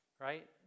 right